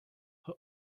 who